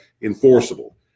enforceable